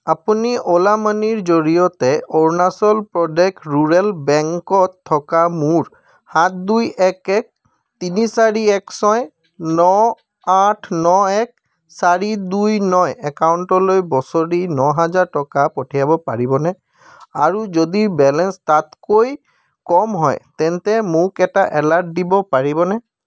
আপুনি অ'লা মানিৰ জৰিয়তে অৰুণাচল প্ৰদেশ ৰুৰেল বেংকত থকা মোৰ সাত দুই এক এক তিনি চাৰি এক ছয় ন আঠ ন এক চাৰি দুই ন একাউণ্টলৈ বছৰি ন হাজাৰ টকা পঠিয়াব পাৰিবনে আৰু যদি বেলেঞ্চ তাতকৈ কম হয় তেন্তে মোক এটা এলাৰ্ট দিব পাৰিবনে